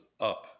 up